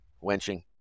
wenching